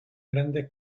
grandes